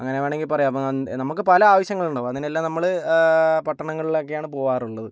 അങ്ങനെ വേണമെങ്കിൽ പറയാം അപ്പോൾ നമുക്ക് പല ആവശ്യങ്ങളുണ്ടാവും അതിനെല്ലാം നമ്മൾ പട്ടണങ്ങളിലൊക്കെയാണ് പോകാറുള്ളത്